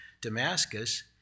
Damascus